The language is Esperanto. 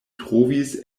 trovis